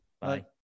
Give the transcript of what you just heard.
Bye